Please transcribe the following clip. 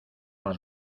más